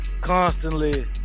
constantly